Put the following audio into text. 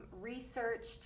researched